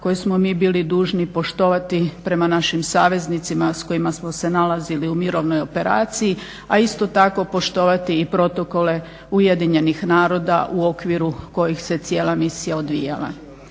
koje smo mi bili dužni poštovati prema našim saveznicima s kojima smo se nalazili u mirovnoj operaciji, a isto tako poštovati i protokole Ujedinjenih naroda u okviru kojih se cijela misija odvijala.